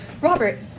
Robert